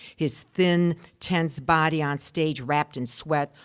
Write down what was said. his thin, tense body on stage, wrapped in sweat.